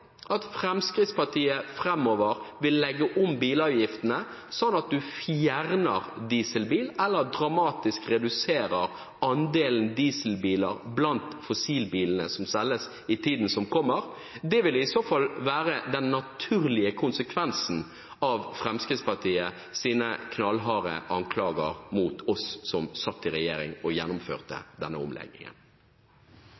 at Fremskrittspartiet framover vil legge om bilavgiftene, sånn at en fjerner dieselbil eller dramatisk reduserer andelen dieselbiler blant fossilbilene som selges i tiden som kommer? Det vil i så fall være den naturlige konsekvensen av Fremskrittspartiets knallharde anklager mot oss som satt i regjering og gjennomførte denne omleggingen.